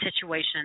situation